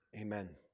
amen